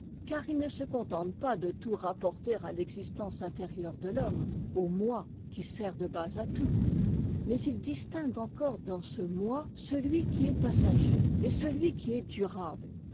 car il ne se contente pas de tout rapporter à l'existence intérieure de l'homme au moi qui sert de base à tout mais il distingue encore dans ce moi celui qui est passager et celui qui est durable